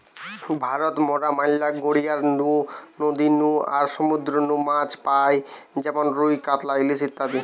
ভারত মরা ম্যালা গড়িয়ার নু, নদী নু আর সমুদ্র নু মাছ পাই যেমন রুই, কাতলা, ইলিশ ইত্যাদি